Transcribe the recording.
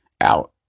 out